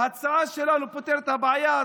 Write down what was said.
ההצעה שלנו פותרת את הבעיה,